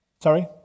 Sorry